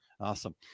Awesome